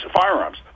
firearms